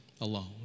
alone